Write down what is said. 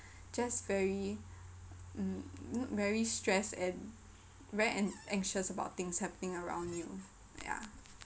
just very um very stressed and very an~ anxious about things happening around you ya